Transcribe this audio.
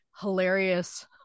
hilarious